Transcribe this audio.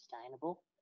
sustainable